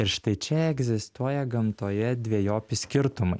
ir štai čia egzistuoja gamtoje dvejopi skirtumai